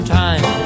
time